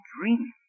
dream